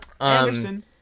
Anderson